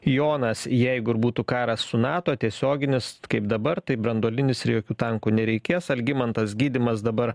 jonas jeigu ir būtų karas su nato tiesioginis kaip dabar tai branduolinis ir jokių tankų nereikės algimantas gydymas dabar